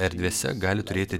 erdvėse gali turėti